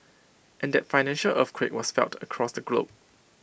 and that financial earthquake was felt across the globe